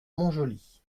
montjoly